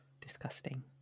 disgusting